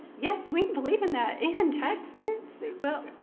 yes we believe in that and taxparency. well,